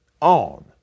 on